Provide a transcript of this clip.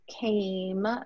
came